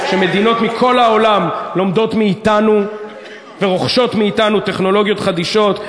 שמדינות מכל העולם לומדות מאתנו ורוכשות מאתנו טכנולוגיות חדישות.